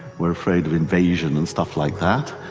we're afraid of invasion and stuff like that.